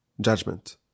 judgment